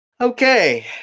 Okay